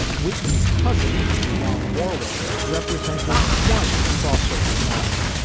whitney's cousin, dionne warwick, represented one crossover model,